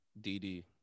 D-D